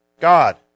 God